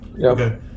Okay